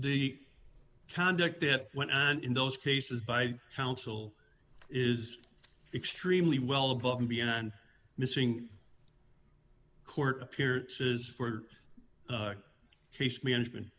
the conduct that went on in those cases by counsel is extremely well above and beyond missing court appearances for case management